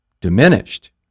diminished